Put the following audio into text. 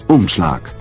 Umschlag